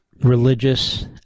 religious